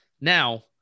Now